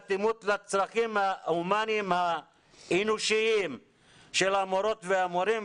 אטימות לצרכים ההומניים האנושיים של המורות והמורים,